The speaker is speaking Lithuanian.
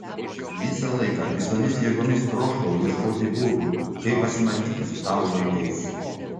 visą laiką visomis jėgomis troškau ieškoti būdų kaip pasimatyti su savo vaikais